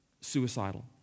suicidal